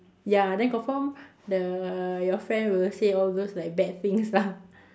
ya then confirm the your friend will say all those like bad things lah